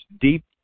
deep